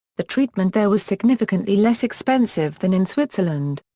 the treatment there was significantly less expensive than in switzerland.